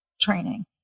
training